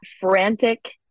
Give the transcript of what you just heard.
frantic